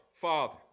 Father